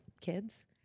kids